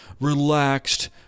relaxed